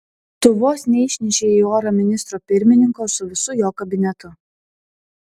tu vos neišnešei į orą ministro pirmininko su visu jo kabinetu